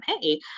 hey